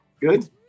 Good